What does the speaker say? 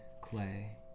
clay